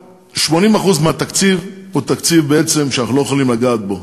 80% מהתקציב הוא בעצם תקציב שאנחנו לא יכולים לגעת בו,